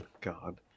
God